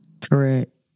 Correct